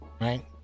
right